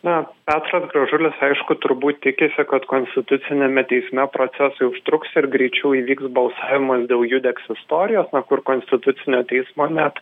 na petras gražulis aišku turbūt tikisi kad konstituciniame teisme procesai užtruks ir greičiau įvyks balsavimas dėl judex istorijos kur konstitucinio teismo net